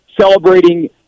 celebrating